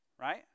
right